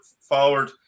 forward